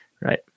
right